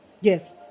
Yes